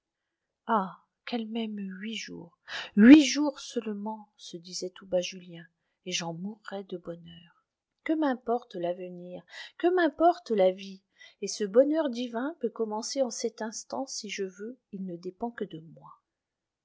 ah qu'elle m'aime huit jours huit jours seulement se disait tout bas julien et j'en mourrai de bonheur que m'importe l'avenir que m'importe la vie et ce bonheur divin peut commencer en cet instant si je veux il ne dépend que de moi